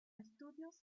estudios